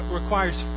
requires